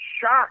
shocked